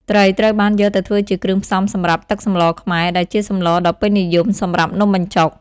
ត្រីត្រូវបានយកទៅធ្វើជាគ្រឿងផ្សំសម្រាប់ ទឹកសម្លខ្មែរ ដែលជាសម្លដ៏ពេញនិយមសម្រាប់នំបញ្ចុក។